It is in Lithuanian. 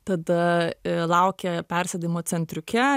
tada laukė persėdimo centriuke